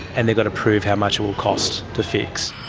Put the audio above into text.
and they've got to prove how much it will cost to fix.